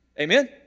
Amen